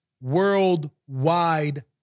worldwide